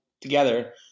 together